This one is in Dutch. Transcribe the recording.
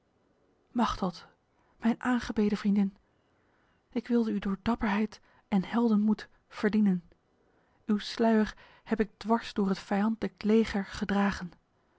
machteld mijn aangebeden vriendin ik wilde u door dapperheid en heldenmoed verdienen uw sluier heb ik dwars door het vijandlijk leger gedragen